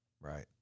Right